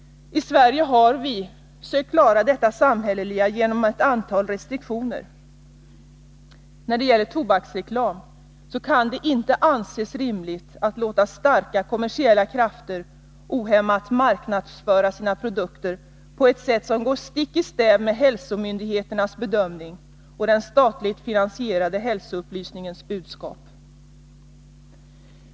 I Sverige har vi sökt klara den samhälleliga insatsen genom ett antal restriktioner. Beträffande tobaksreklamen kan det inte anses rimligt att låta starka kommersiella krafter ohämmat marknadsföra sina produkter på ett sätt som går stick i stäv med hälsomyndigheternas bedömning och den statligt finansierade hälsoupplysningens budskap.